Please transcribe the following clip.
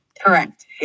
Correct